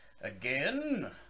Again